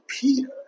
Peter